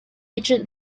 ancient